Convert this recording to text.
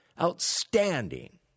outstanding